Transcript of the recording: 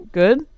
good